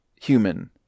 human